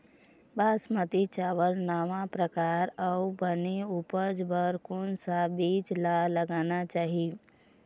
बासमती चावल नावा परकार अऊ बने उपज बर कोन सा बीज ला लगाना चाही?